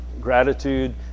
Gratitude